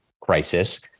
crisis